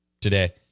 today